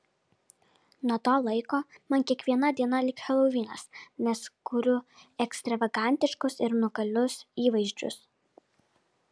nuo to laiko man kiekviena diena lyg helovinas nes kuriu ekstravagantiškus ir unikalius įvaizdžius